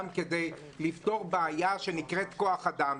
גם כדי לפתור בעיה שנקראת כוח אדם,